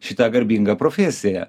šita garbinga profesija